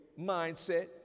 mindset